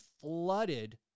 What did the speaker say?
flooded